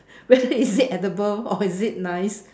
whether is it edible or is it nice